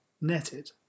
netted